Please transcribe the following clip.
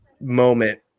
moment